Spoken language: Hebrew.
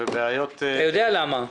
אתה יודע למה?